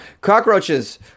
cockroaches